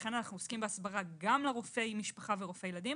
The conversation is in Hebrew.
לכן אנחנו עוסקים בהסברה גם לרופאי משפחה ורופאי ילדים